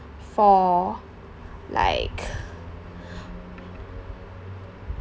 for like